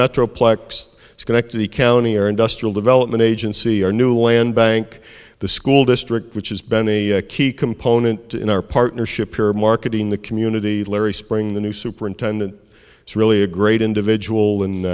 metroplex to connect to the county our industrial development agency our new land bank the school district which has been a key component in our partnership you're marketing the community larry spring the new superintendent it's really a great individual and